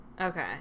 Okay